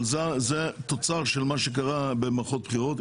זה תוצר של מה שקרה במערכות בחירות.